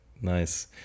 Nice